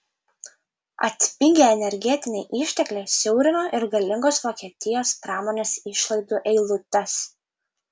atpigę energetiniai ištekliai siaurino ir galingos vokietijos pramonės išlaidų eilutes